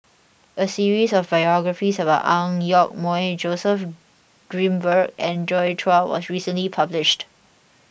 a series of biographies about Ang Yoke Mooi Joseph Grimberg and Joi Chua was recently published